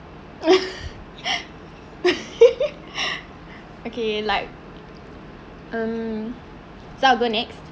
okay like um so I'll go next